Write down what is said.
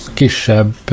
kisebb